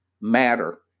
matter